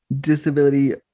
disability